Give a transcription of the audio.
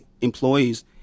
employees